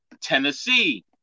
Tennessee